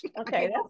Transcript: Okay